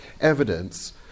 evidence